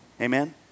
Amen